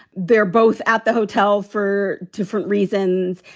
they're both at the hotel for different reasons.